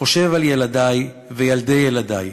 חושב על ילדי, וילדי ילדי,